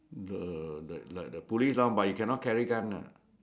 the the the police lah but you cannot carry gun lah